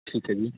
ਠੀਕ ਹੈ ਜੀ